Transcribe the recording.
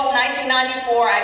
1994